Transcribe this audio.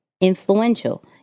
influential